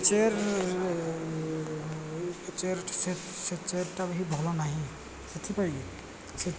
chair chair ସେ ସେ ଚେୟାର୍ଟେ ବି ଭଲ ନାହିଁ ସେଥିପାଇଁ